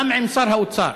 גם עם שר האוצר.